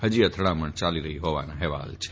ફજી અથડામણ ચાલી રફી ફોવાના અફેવાલ છે